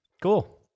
Cool